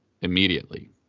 immediately